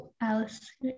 Alice